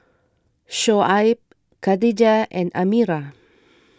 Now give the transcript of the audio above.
Shoaib Katijah and Amirah